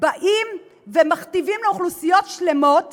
באים ומכתיבים לאוכלוסיות שלמות